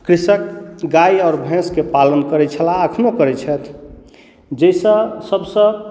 कृषक गाए आओर भैँसके पालन करैत छलाह एखनहु करैत छथि जाहिसँ सभसँ